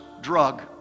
drug